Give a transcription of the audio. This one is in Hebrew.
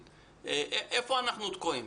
איפה אנחנו תקועים?